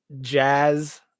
jazz